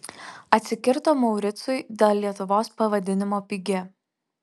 atsikirto mauricui dėl lietuvos pavadinimo pigia